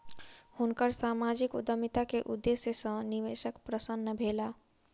हुनकर सामाजिक उद्यमिता के उदेश्य सॅ निवेशक प्रसन्न भेला